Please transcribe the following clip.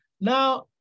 now